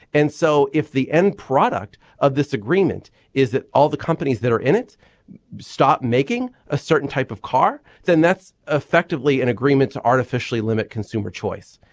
and so if the end product of this agreement is that all the companies that are in it stop making a certain type of car then that's effectively an agreement to artificially limit consumer choice.